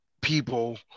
people